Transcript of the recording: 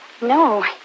No